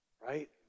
Right